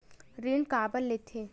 ऋण काबर लेथे?